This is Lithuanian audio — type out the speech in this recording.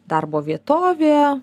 darbo vietovė